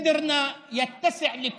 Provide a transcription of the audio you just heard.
(אומר דברים בשפה הערבית,